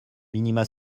minima